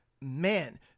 man